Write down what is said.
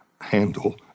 handle